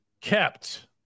kept